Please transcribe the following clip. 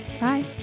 Bye